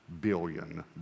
billion